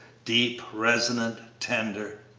deep, resonant, tender.